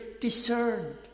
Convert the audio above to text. discerned